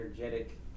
energetic